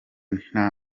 nta